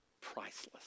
Priceless